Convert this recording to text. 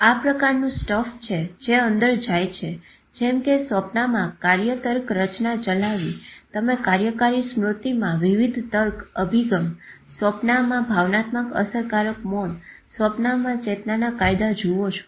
આ પ્રકારનું સ્ટફ છે જે અંદર જાય છે જેમ કે સ્વપ્નામાં કાર્ય તર્ક રચના ચાલવી તમે કાર્યકારી સ્મૃતિમાં વિવિધ તર્ક અભિગમ સ્વપ્નામાં ભાવનાત્મક અસરકારક મૌન સ્વપ્નમાં ચેતનાના કાયદા જુઓ છો